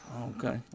Okay